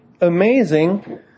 amazing